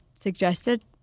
suggested